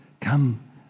come